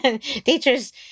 teachers